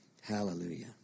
Hallelujah